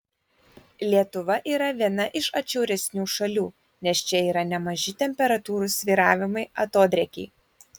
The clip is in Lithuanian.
lietuva yra viena iš atšiauresnių šalių nes čia yra nemaži temperatūrų svyravimai atodrėkiai